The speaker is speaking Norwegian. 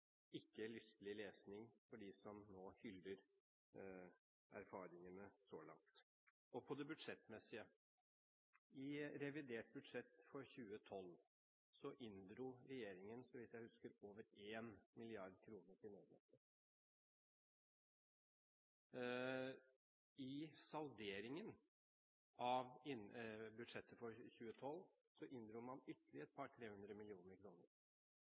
ikke lystelig lesning for dem som nå hyller erfaringene så langt. Når det gjelder det budsjettmessige: I revidert budsjett for 2012 inndro regjeringen, så vidt jeg husker, over 1 mrd. kr til nødnettet. I salderingen av budsjettet for 2012 inndro man